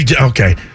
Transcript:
okay